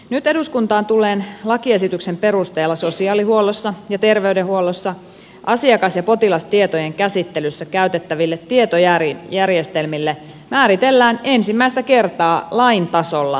nyt eduskuntaan tulleen lakiesityksen perusteella sosiaalihuollossa ja terveydenhuollossa asiakas ja potilastietojen käsittelyssä käytettäville tietojärjestelmille määritellään ensimmäistä kertaa lain tasolla olennaiset vaatimukset